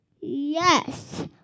Yes